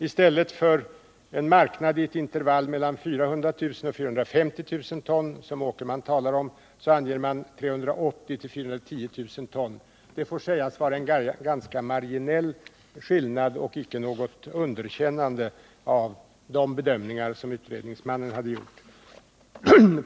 I stället för en marknad i intervallet 400 000-450 000 ton, som Johan Åkerman talar om, anger man 380 000-410 000 ton. Det får sägas vara en ganska marginell skillnad och icke något underkännande av de bedömningar som utredningsmannen hade gjort.